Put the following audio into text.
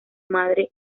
madre